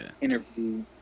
interview